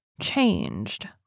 changed